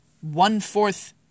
one-fourth